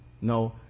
No